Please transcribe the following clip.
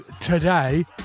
today